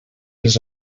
les